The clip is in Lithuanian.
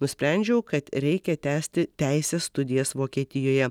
nusprendžiau kad reikia tęsti teisės studijas vokietijoje